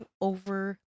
over